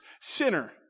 sinner